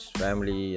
family